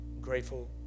grateful